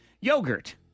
yogurt